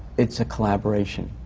it's a collaboration.